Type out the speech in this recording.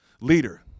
leader